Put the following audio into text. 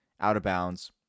out-of-bounds